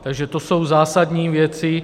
Takže to jsou zásadní věci.